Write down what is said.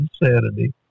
insanity